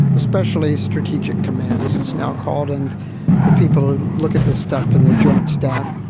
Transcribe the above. especially strategic command, as it's now called. and the people look at this stuff in the joint staff,